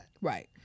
Right